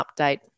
update